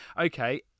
okay